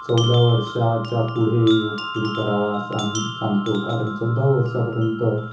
चौदा वर्षाच्या पुढे योग सुरू करावा असं आम्ही सांगतो कारण चौदा वर्षापर्यंत